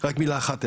רק מילה אחת הערה,